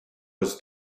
was